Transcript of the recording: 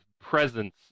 presence